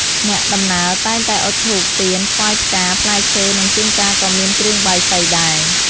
អ្នកដំណើរតែងតែអុជធូប ទៀន ថ្វាយផ្កា ផ្លែឈើ និងជួនកាលក៏មានគ្រឿងបាយសីដែរ។